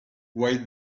why